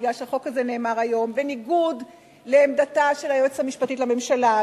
מפני שהחוק הזה נאמר היום בניגוד לעמדתה של היועצת המשפטית לממשלה,